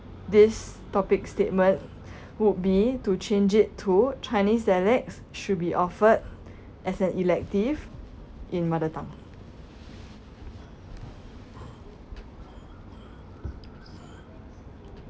this topic statement would be to change it to chinese dialects should be offered as an elective in mother tongue